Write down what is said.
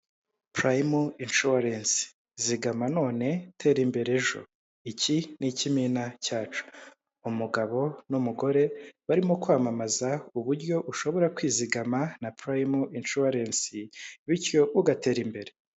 purayimu incuwarensi, zigama none, tera imbere ejo. iki ni ikimina cyacu umugabo n'umugore barimo kwamamaza uburyo ushobora kwizigama na purayimu incuwarensi bityo ugatera imbere.